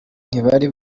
ntibari